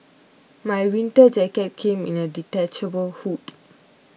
my winter jacket came with a detachable hood